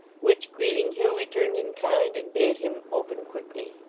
which greeting hugh returned in kind, and bade him open quickly.